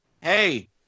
Hey